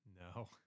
No